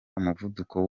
umuvuduko